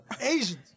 Asians